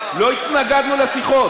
לא התנגדנו לשיחות.